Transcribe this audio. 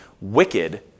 wicked